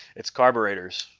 it's carburetors